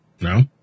No